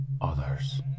others